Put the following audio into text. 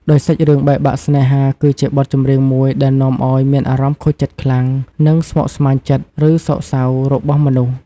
ដោយសាច់រឿងបែកបាក់ស្នេហា គឺជាបទចម្រៀងមួយដែលនាំអោយមានអារម្មណ៍ខូចចិត្តខ្លាំង និងស្មុគស្មាញចិត្តឬសោកសៅរបស់មនុស្ស។